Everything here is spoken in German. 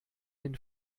den